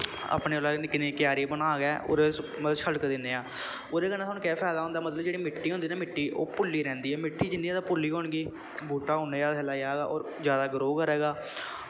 अपने कोला निक्कियां निक्कियां क्यारियां बना के ओह्दे बिच्च मतलब कि शड़क दिन्ने आं ओह्दे कन्नै सानू केह् फायदा होंदा कि जेह्ड़ी मिट्टी होंदी ना मिट्टी पुल्ली रौंह्दी ऐ मिट्टी जिन्नी ज्यादा पुल्ली होन गी बूह्टा उन्ना ज्यादा थल्लै जाए गी होर ज्यादा ग्रो करेगा